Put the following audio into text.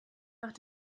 nach